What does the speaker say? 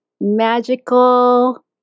magical